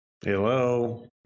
Hello